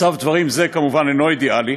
מצב דברים זה כמובן אינו אידיאלי.